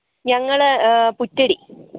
ഞങ്ങൾ പുറ്റടി